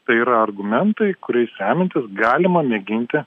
tai yra argumentai kuriais remiantis galima mėginti